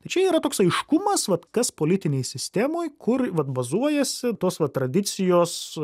čia yra toks aiškumas vat kas politinėj sistemoj kur vat bazuojasi tos vat tradicijos